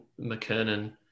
McKernan